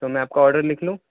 تو میں آپ کا آرڈر لکھ لوں